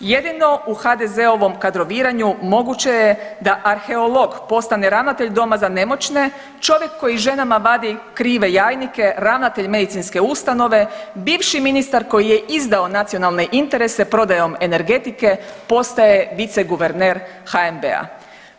Jedino u HDZ-ovom kadroviranju moguće je da arheolog postane ravnatelj doma za nemoćne, čovjek koji ženama vadi krive jajnike ravnatelj medicinske ustanove, bivši ministar koji je izdao nacionalne interese prodajom energetike postaje viceguverner HNB-a.